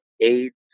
AIDS